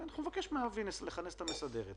נבקש מאבי לכנס את הוועדה המסדרת,